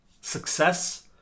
success